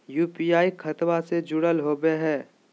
UPI खतबा से जुरल होवे हय?